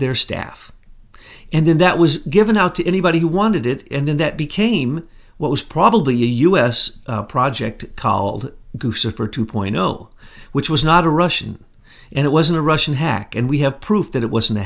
their staff and then that was given out to anybody who wanted it and then that became what was probably a u s project called kusa for two point zero which was not a russian and it was a russian hack and we have proof that it wasn't a